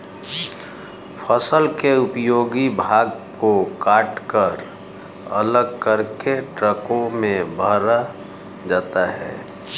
फसल के उपयोगी भाग को कटकर अलग करके ट्रकों में भरा जाता है